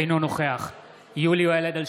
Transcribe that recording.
אינו נוכח יולי יואל אדלשטיין,